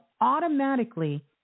automatically